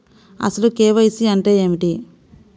అసలు కే.వై.సి అంటే ఏమిటి?